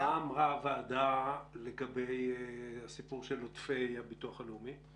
מה אמרה הוועדה לגבי הסיפור של עודפי הביטוח הלאומי?